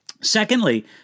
Secondly